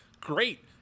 Great